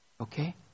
Okay